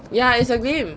ya it's a game